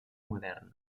moderna